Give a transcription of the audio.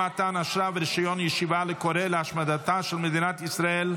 ימי מחלה נוספים בשל מחלת ילד לבני זוג של משרתי מילואים),